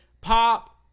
Pop